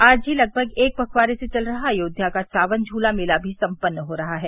आज ही लगभग एक पखवारे से चल रहा अयोध्या का सावन झूला मेला भी सम्पन्न हो रहा है